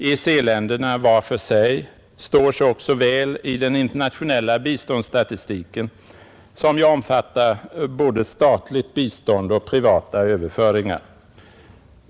EEC-länderna var för sig står sig också väl i den internationella biståndsstatistiken, som ju omfattar både statligt bistånd och privata överföringar.